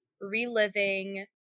reliving